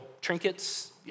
trinkets